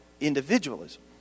individualism